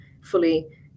fully